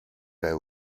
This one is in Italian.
per